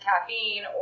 caffeine